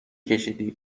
کشیدی